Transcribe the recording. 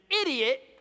idiot